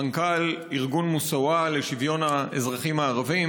מנכ"ל ארגון מוסאוא לשוויון האזרחים הערבים.